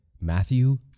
Matthew